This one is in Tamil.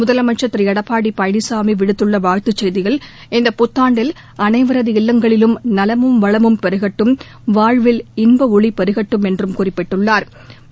முதலமைச்சர் திரு எடப்பாடி பழனிசாமி விடுத்துள்ள வாழ்த்துச் செய்தியில் இந்த புத்தாண்டில் அனைவரது இல்லங்களிலும் நலமும் வளமும் பெருகட்டும் வாழ்வில் இன்ப ஒளி பெருகட்டும் என்று குறிப்பிட்டுள்ளா்